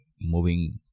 moving